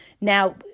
Now